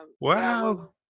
Wow